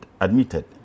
admitted